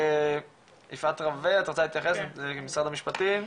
יפעת רווה ממשרד המשפטים,